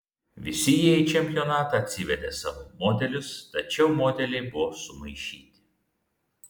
visi jie į čempionatą atsivedė savo modelius tačiau modeliai buvo sumaišyti